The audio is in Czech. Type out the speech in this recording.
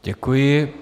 Děkuji.